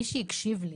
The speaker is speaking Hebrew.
מי שהקשיב לי